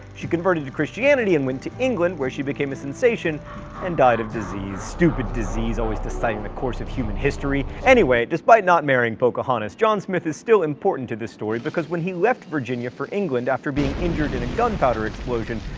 she converted to christianity and went to england, where she became a sensation and died of disease. stupid disease always deciding the course of human history. anyway, despite not marrying pocahontas, john smith is still important to this story because when he left virginia for england after being injured in a gunpowder explosion,